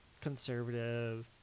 conservative